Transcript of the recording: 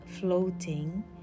floating